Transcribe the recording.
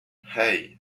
hey